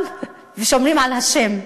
ושומרים על השם,